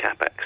capex